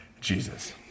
Jesus